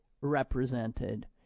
represented